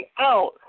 out